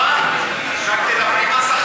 שזה מלחמה,